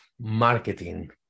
marketing